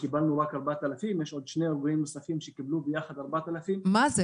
קיבלנו רק 4,000. יש עוד שני ארגונים נוספים שקיבלו ביחד 4,000. למה זה?